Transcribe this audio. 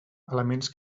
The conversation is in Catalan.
elements